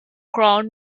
ground